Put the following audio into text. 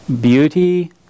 Beauty